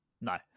No